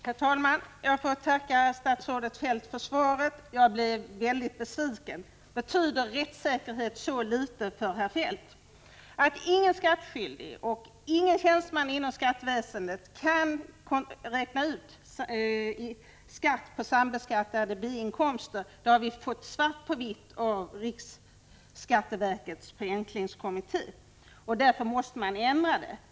Herr talman! Jag får tacka statsrådet Feldt för svaret. Jag blev mycket besviken. Betyder rättssäkerhet så litet för herr Feldt att ingen skattskyldig 25 och ingen tjänsteman inom skatteväsendet kan räkna ut skatt på sambeskattade B-inkomster? Det har vi fått svart på vitt på av riksskatteverkets förenklingskommitté, och därför måste man ändra det.